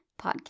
Podcast